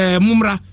mumra